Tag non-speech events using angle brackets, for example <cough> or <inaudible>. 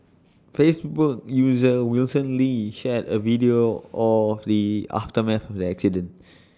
Facebook user Wilson lee shared A video of the aftermath of the accident <noise>